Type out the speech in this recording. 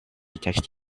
text